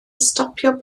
stopio